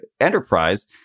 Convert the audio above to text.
enterprise